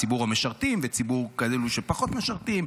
ציבור המשרתים וציבור של כאלה שפחות משרתים,